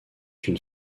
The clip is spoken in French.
une